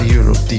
Europe